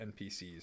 NPCs